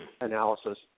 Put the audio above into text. analysis